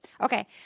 Okay